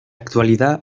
actualidad